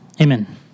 amen